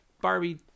Barbie